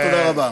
תודה רבה.